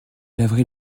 laverai